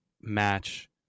match